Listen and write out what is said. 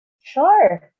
Sure